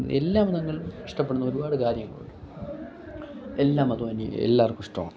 എല്ലാ മതങ്ങളും ഇഷ്ടപ്പെടുന്ന ഒരുപാട് കാര്യം എല്ലാ മതവും ഇനി എല്ലാവർക്കും ഇഷ്ടമാണ്